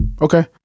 Okay